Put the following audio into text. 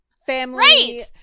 Family